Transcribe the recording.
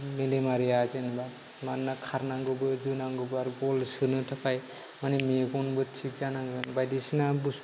मेलेमारिया जेनेबा मानोना खारनांगौबो जोनांगौबो आरो बल सोनो थाखाय मेगनबो थिग जानांगोन बायदिसिना बुसथु